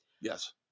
Yes